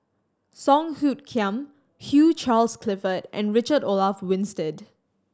Song Hoot Kiam Hugh Charles Clifford and Richard Olaf Winstedt